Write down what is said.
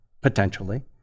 potentially